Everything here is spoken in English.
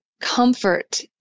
comfort